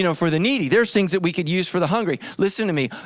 you know for the needy, there's things that we could use for the hungry listen to me,